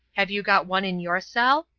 have you got one in your cell?